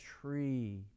tree